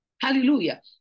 Hallelujah